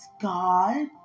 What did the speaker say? God